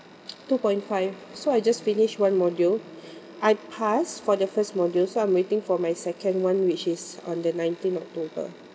two point five so I just finished one module I pass for the first module so I'm waiting for my second one which is on the nineteen october